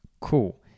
Cool